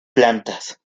plantas